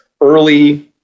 early